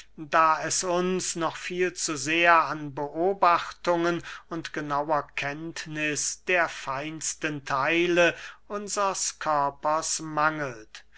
da es uns noch viel zu sehr an beobachtungen und genauer kenntniß der feinsten theile unsers körpers mangelt